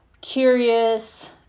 curious